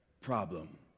problem